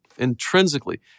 Intrinsically